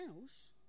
house